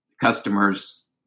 customers